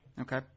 Okay